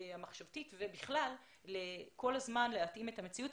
המחשבתית ובכלל, כל הזמן להתאים את המציאות.